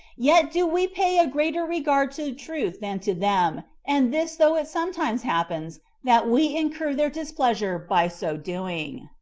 yet do we pay a greater regard to truth than to them, and this though it sometimes happens that we incur their displeasure by so doing.